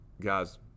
Guys